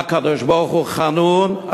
מה הקדוש-ברוך-הוא חנון,